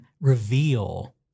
reveal